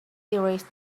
erased